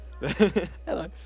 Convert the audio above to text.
Hello